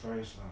first